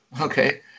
Okay